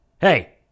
Hey